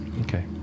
Okay